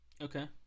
Okay